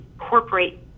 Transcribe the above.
incorporate